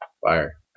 Fire